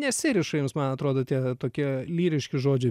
nesiriša jums man atrodo tie tokie lyriški žodžiai